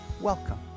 welcome